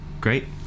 great